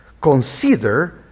consider